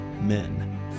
men